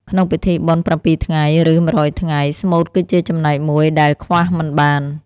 ក្នុងពិធីបុណ្យ៧ថ្ងៃ ឬ១០០ថ្ងៃ ស្មូតគឺជាចំណែកមួយដែលខ្វះមិនបាន។